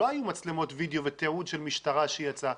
לא היו מצלמות וידאו ותיעוד של משטרה שיצא,